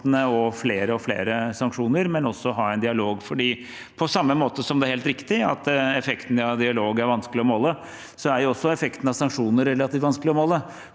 og flere og flere sanksjoner og det å ha en dialog. På samme måte som det er helt riktig at effekten av dialog er vanskelig å måle, er også effekten av sanksjoner relativt vanskelig å måle.